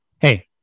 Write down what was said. Hey